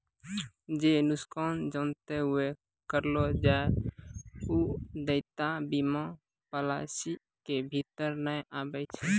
जे नुकसान जानते हुये करलो जाय छै उ देयता बीमा पालिसी के भीतर नै आबै छै